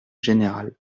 général